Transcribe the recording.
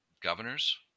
governors